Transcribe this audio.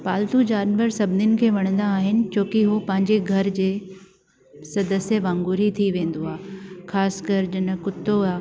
पालतू जानवर सभिनीनि खे वणंदा आहिनि छोकी हुओ पंहिंजे घर जे सदस्य वांगुरु ई थी वेंदो आहे ख़ासि कर जन कुत्तो आहे